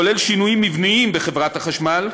כולל שינויים מבניים בחברת החשמל,